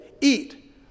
eat